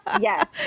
yes